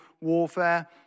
warfare